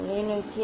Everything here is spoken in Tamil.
தொலைநோக்கி